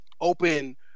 open